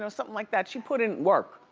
so something like that, she put in work.